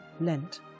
Lent